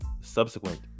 subsequent